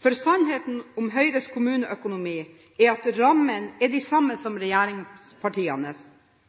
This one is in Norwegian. For sannheten om Høyres kommuneøkonomi er at rammene er de samme som